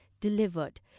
delivered